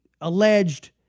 alleged